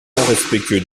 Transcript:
respectueux